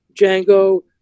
Django